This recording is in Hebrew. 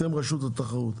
אתם רשות התחרות,